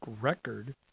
record